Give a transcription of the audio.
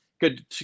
Good